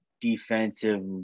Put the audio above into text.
defensive